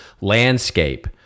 landscape